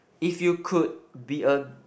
if you could be a